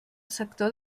sector